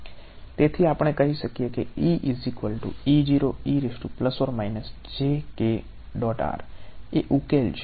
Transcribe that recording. તેથી આપણે કહી શકીએ કે એ ઉકેલ છે